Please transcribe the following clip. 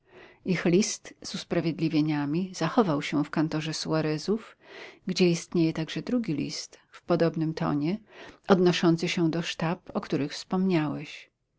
ich list z usprawiedliwieniami zachował się w kantorze suarezów gdzie istnieje także drugi list w podobnym tonie odnoszący się do sztab o których wspomniałeś